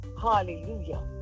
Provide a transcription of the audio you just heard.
Hallelujah